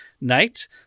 night